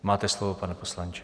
Máte slovo, pane poslanče.